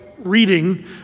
Reading